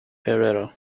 herrera